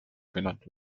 genannt